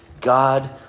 God